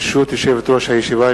ברשות יושבת-ראש הישיבה,